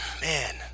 man